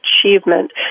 achievement